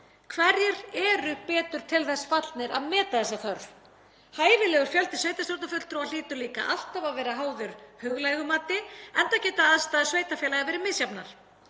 Hverjir eru betur til þess fallnir að meta þessa þörf? Hæfilegur fjöldi sveitarstjórnarfulltrúa hlýtur líka alltaf að vera háður huglægu mati, enda geta aðstæður sveitarfélaga verið misjafnar.